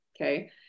Okay